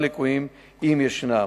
הליקויים, אם ישנם.